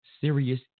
serious